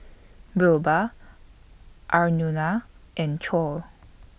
Birbal Aruna and Choor